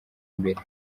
imbere